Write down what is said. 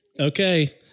Okay